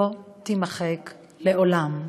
לא תימחק לעולם.